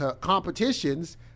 competitions